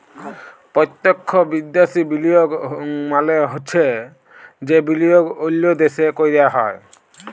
পত্যক্ষ বিদ্যাশি বিলিয়গ মালে হছে যে বিলিয়গ অল্য দ্যাশে ক্যরা হ্যয়